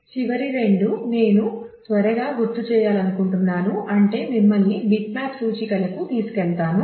చివరి రెండు నేను త్వరగా గుర్తు చేయాలనుకుంటున్నాను అంటే మిమ్మల్ని బిట్మ్యాప్ సూచికలకు తీసుకెళ్తాను